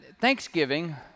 Thanksgiving